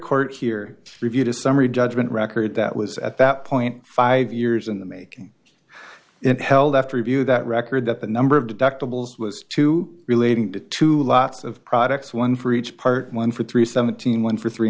court here reviewed a summary judgment record that was at that point five years in the making and held after review that record that the number of deductibles was too relating to two lots of products one for each part one for three seventeen one for three